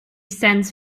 sends